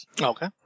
Okay